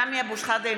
(קוראת בשמות חברי הכנסת) סמי אבו שחאדה,